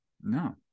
No